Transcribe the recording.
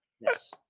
Yes